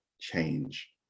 change